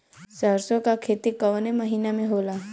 सरसों का खेती कवने महीना में होला?